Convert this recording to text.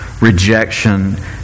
rejection